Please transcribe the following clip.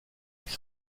qui